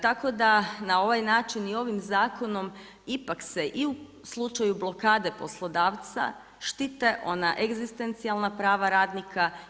Tako da na ovaj način i ovim zakonom ipak se i u slučaju blokade poslodavca štite ona egzistencijalna prava radnika.